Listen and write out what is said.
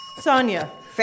Sonia